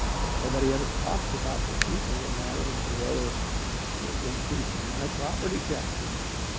but nobody ever talks about the truth of the matter as to whether it increases my property tax or not.